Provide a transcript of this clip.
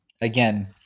again